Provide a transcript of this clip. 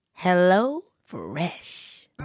HelloFresh